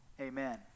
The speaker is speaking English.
Amen